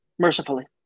Mercifully